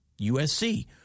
USC